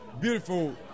beautiful